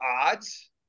odds